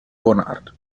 bonard